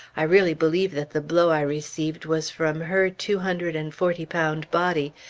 i really believe that the blow i received was from her two hundred and forty pound body,